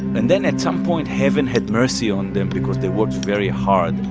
and then, at some point, heaven had mercy on them because they worked very hard,